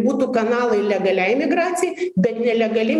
būtų kanalai legaliai migracijai bet nelegali